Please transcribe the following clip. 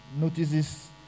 notices